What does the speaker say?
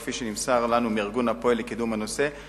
כפי שנמסר לנו מארגון הפועל לקידום הנושא,